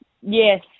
Yes